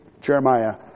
Jeremiah